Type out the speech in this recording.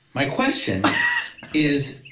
my question is,